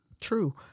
True